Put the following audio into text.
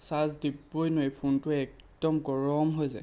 charge দিবই নোৱাৰি ফোনটো একদম গৰম হৈ যায়